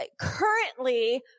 currently